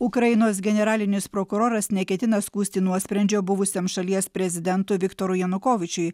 ukrainos generalinis prokuroras neketina skųsti nuosprendžio buvusiam šalies prezidentui viktorui janukovyčiui